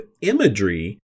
imagery